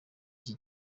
iki